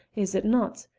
is it not?